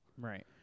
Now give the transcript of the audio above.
Right